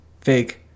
fake